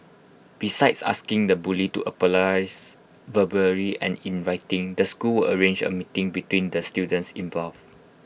besides asking the bully to verbally and in writing the school arrange A meeting between the students involved